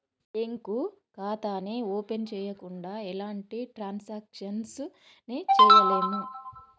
bank ఖాతాని open చెయ్యకుండా ఎలాంటి ట్రాన్సాక్షన్స్ ని చెయ్యలేము